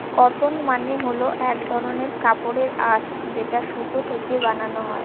cotton মানে হল এক ধরনের কাপড়ের আঁশ যেটা সুতো থেকে বানানো